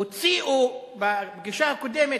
הוציאו בפגישה הקודמת,